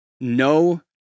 No